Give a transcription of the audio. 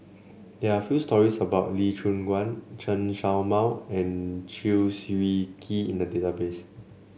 there are few stories about Lee Choon Guan Chen Show Mao and Chew Swee Kee in the database